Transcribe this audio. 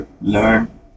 learn